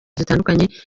zitandukanye